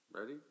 Ready